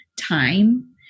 time